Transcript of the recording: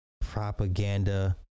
propaganda